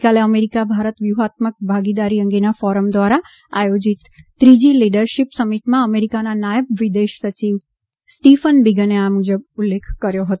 ગઈકાલે અમેરિકા ભારત વ્યૂહાત્મક ભાગીદારી અંગેના ફોરમ દ્વારા આયોજિત ત્રીજી લીડરશિપ સમિટમાં અમેરિકાના નાયબ વિદેશ સચિવ સ્ટીફન બિગને આ મુજબ ઉલ્લેખ કર્યો હતો